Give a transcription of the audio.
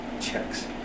Checks